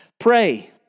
Pray